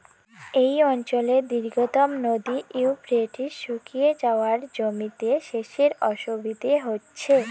এই অঞ্চলের দীর্ঘতম নদী ইউফ্রেটিস শুকিয়ে যাওয়ায় জমিতে সেচের অসুবিধে হচ্ছে